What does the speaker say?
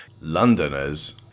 Londoners